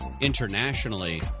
internationally